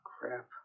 crap